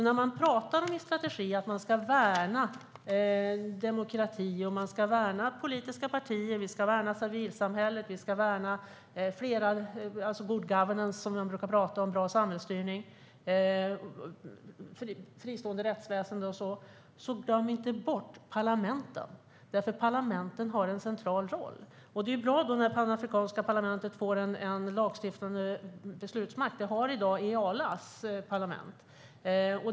När man i en strategi pratar om att värna demokrati, politiska partier, civilsamhället, good governance, bra samhällsstyrning och ett fristående rättsväsen får man inte glömma bort parlamenten. Parlamenten har en central roll. Det är bra när Panafrikanska parlamentet får en lagstiftande beslutsmakt. Det har i dag Ealas parlament.